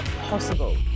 possible